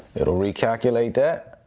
it'll recalculate that